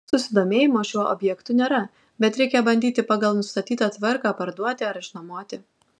susidomėjimo šiuo objektu nėra bet reikia bandyti pagal nustatytą tvarką parduoti ar išnuomoti